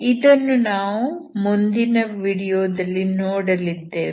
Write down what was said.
ಇದನ್ನು ನಾವು ಮುಂದಿನ ವಿಡಿಯೋದಲ್ಲಿ ನೋಡಲಿದ್ದೇವೆ